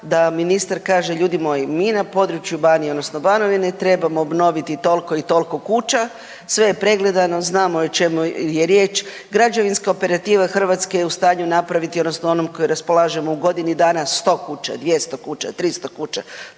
da ministar kaže, ljudi moji, mi na području Banije odnosno Banovine trebamo obnoviti toliko i toliko kuća, sve je pregledano, znamo o čemu je riječ, građevinska operativa Hrvatske je u stanju napraviti odnosno onom koji raspolažemo u godini dana 100 kuća, 200 kuća, 300 kuća,